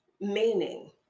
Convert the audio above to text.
Meaning